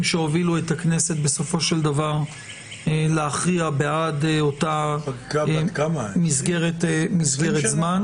שהובילו את הכנסת בסופו של דבר להכריע בעד אותה מסגרת זמן.